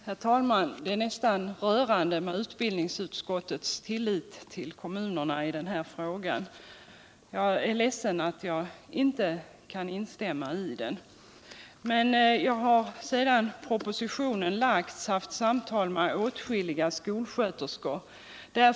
Herr talman! Det är nästan rörande med utbildningsutskottets tillit till kommunerna i den här frågan. Jag är ledsen att jag inte kan instämma i den. Sedan propositionen framlagts har jag haft samtal med åtskilliga skolsköterskor.